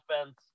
offense